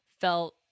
felt